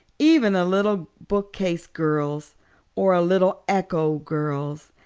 even a little bookcase girl's or a little echo girl's.